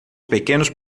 pequenos